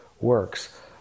Works